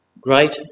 great